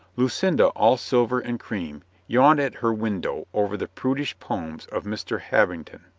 lucinda, all silver and cream, yawned at her window over the prudish poems of mr. habington.